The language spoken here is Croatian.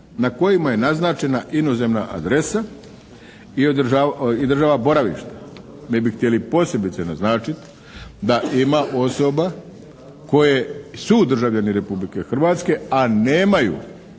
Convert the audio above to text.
na kojima je naznačena inozemna adresa i država boravišta. Mi bi htjeli posebice naznačiti da ima osoba koje su državljani Republike Hrvatske a nemaju